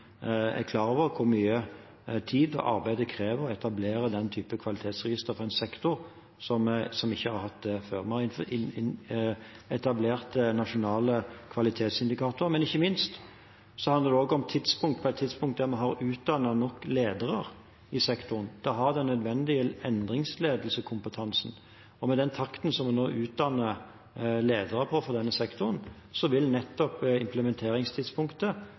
er klar over hvor mye tid og arbeid det krever å etablere den typen kvalitetsregister for en sektor som ikke har hatt det før. Vi har etablert nasjonale kvalitetsindikatorer. Men ikke minst handler det om tidspunkt – et tidspunkt der vi har utdannet nok ledere i sektoren, slik at de har den nødvendige endringsledelseskompetansen. Og med den takten som vi nå har når vi utdanner ledere i denne sektoren, vil nettopp implementeringstidspunktet